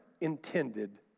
intended